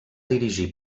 dirigir